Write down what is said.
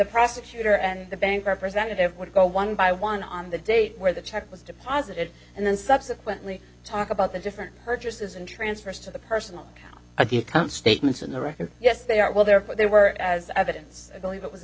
prosecutor and the bank representative would go one by one on the date where the check was deposited and then subsequently talk about the different purchases and transfers to the personal account of the constants in the record yes they are well there but they were as evidence i believe it was